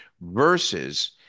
versus